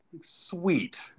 Sweet